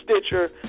Stitcher